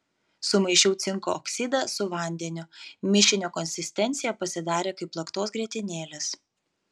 sumaišiau cinko oksidą su vandeniu mišinio konsistencija pasidarė kaip plaktos grietinėlės